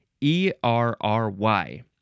E-R-R-Y